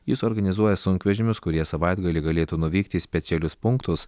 jis suorganizuoja sunkvežimius kurie savaitgalį galėtų nuvykti į specialius punktus